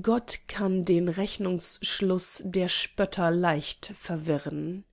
gott kann den rechnungsschluß der spötter leicht verwirren